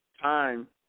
time